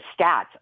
stats